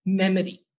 memory